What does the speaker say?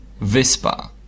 Vispa